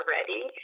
Ready